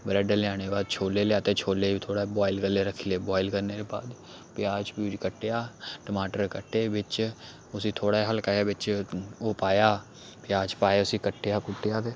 bread लेआने दे बाद छोले लेआ छोले बी थोह्ड़ा बोआइल कर रक्खी ले बोआल करने दे बाद प्याज प्यूज कट्टेआ टमाटर कट्टे बिच्च उसी थोह्ड़ा हलका जेहा बिच्च ओह् पाया प्याज पाया उसी कट्टेआ कुट्टेआ ते